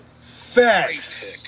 Facts